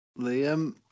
Liam